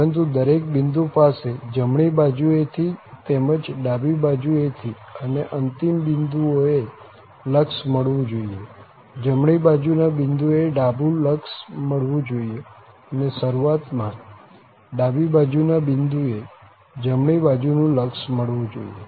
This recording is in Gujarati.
પરંતુ દરેક બિંદુ પાસે જમણી બાજુએ થી તેમજ ડાબી બાજુ એ થી અને અંતિમ બિંદુઓ એ લક્ષ મળવું જોઈએ જમણી બાજુ ના બિંદુ એ ડાબું લક્ષ મળવું જોઈએ અને શરૂઆતમાં ડાબી બાજુ ના બિંદુએ જમણી બાજુનું લક્ષ મળવું જોઈએ